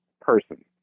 person